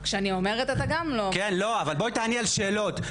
כשאני אומרת אתה גם לא --- אבל בואי תעני על שאלות,